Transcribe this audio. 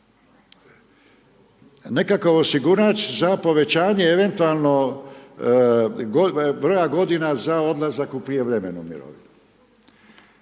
nekakav osigurač za povećanje eventualno broja godina za odlazak u prijevremenu mirovinu.